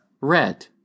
red